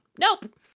Nope